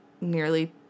nearly